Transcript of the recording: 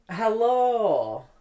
Hello